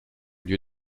lieu